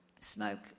smoke